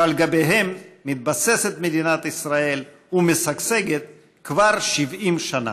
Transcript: שעל גביהם מתבססת מדינת ישראל ומשגשגת כבר 70 שנה.